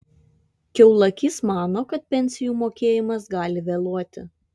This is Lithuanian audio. kiaulakys mano kad pensijų mokėjimas gali vėluoti